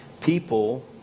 people